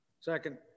Second